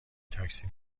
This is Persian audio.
تاکسی